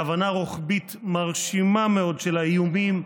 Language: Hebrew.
בהבנה רוחבית מרשימה מאוד של האיומים,